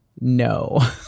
no